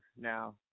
now